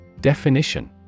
Definition